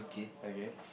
okay